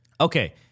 Okay